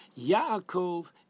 Yaakov